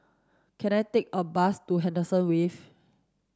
can I take a bus to Henderson Wave